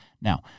Now